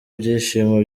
byishimo